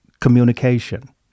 communication